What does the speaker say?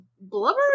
blubber